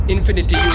Infinity